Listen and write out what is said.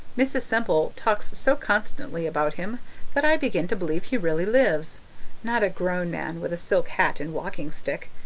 mrs. semple talks so constantly about him that i begin to believe he really lives not a grown man with a silk hat and walking stick,